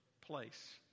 place